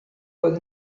oedd